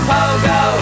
pogo